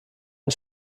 und